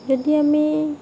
যদি আমি